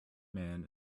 man